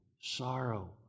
sorrow